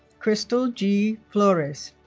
krystal g. flores